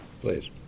please